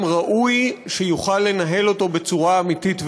ראוי שיוכל לנהל אותו בצורה אמיתית וראויה.